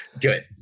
Good